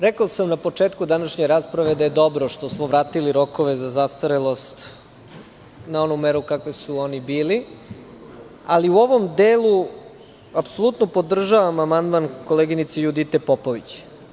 Rekao sam na početku današnje rasprave da je dobro što smo vratili rokove za zastarelost na onu meru kakvi su oni bili, ali u ovom delu apsolutno podržavam amandman koleginice Judite Popović.